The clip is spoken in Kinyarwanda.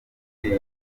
y’iyi